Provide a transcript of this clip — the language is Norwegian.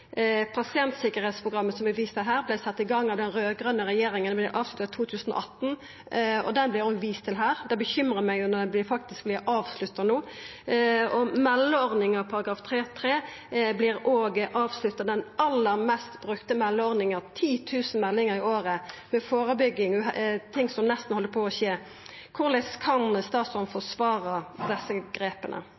som er vist til her, vart sett i gang av den raud-grøne regjeringa, men vart avslutta i 2018. Det vart òg vist til her. Det bekymrar meg at det no vert avslutta. Meldeordninga etter § 3-3 i spesialisthelsetenestelova vert òg avslutta, den aller mest brukte meldeordninga – 10 000 meldingar i året om førebygging, om ting som nesten heldt på å skje. Korleis kan statsråden forsvara desse grepa?